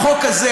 החוק הזה,